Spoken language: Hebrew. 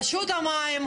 רשות המים,